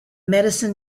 medicine